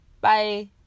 Bye